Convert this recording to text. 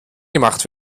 gemacht